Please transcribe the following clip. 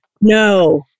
No